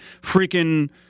freaking